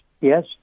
yes